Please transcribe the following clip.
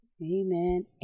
Amen